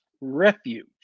refuge